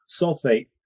sulfate